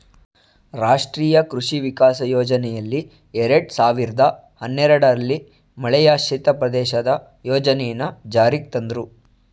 ರಾಷ್ಟ್ರೀಯ ಕೃಷಿ ವಿಕಾಸ ಯೋಜನೆಯಡಿಯಲ್ಲಿ ಎರಡ್ ಸಾವಿರ್ದ ಹನ್ನೆರಡಲ್ಲಿ ಮಳೆಯಾಶ್ರಿತ ಪ್ರದೇಶದ ಯೋಜನೆನ ಜಾರಿಗ್ ತಂದ್ರು